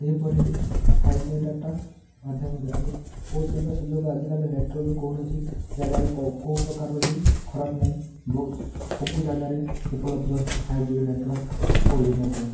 ଏହିପରି five G data ମାଧ୍ୟମରେ ଆମେ ବହୁତ ସୁବିଧା ସୁଯୋଗ ଆଜିକାଲି ନେଟୱାର୍କ ବି କୌଣସି ଜାଗାରେ କେଉଁ କେଉଁପ୍ରକାରର ବି ଖରାପ ନାଇଁ ବହୁତ ସବୁ ଜାଗାରେ ଉପଲବ୍ଧ ଅଛି five G network four G network